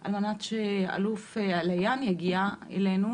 על מנת שהאלוף עליאן יגיע אלינו.